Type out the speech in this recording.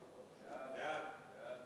סעיפים 1